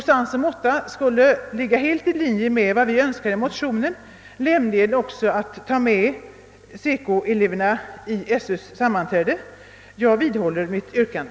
Detta skulle ligga helt i linje med vad vi önskar i motionen, nämligen att SECO-eleverna skall få vara med vid skolöverstyrelsens sammankomster. Jag vidhåller mitt yrkande.